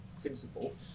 principle